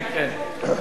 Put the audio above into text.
כן, כן.